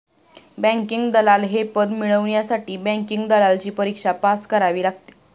banking दलाल हे पद मिळवण्यासाठी बँकिंग दलालची परीक्षा पास करावी लागते